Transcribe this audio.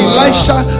Elijah